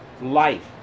life